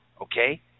okay